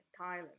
Thailand